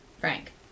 Frank